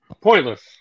Pointless